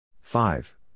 Five